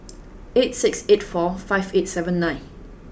eight six eight four five eight seven nine